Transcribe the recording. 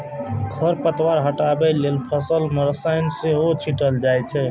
खरपतवार हटबै लेल फसल मे रसायन सेहो छीटल जाए छै